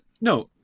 No